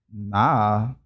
nah